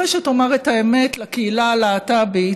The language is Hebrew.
אחרי שתאמר את האמת לקהילה הלה"טבית,